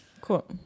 Cool